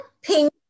pink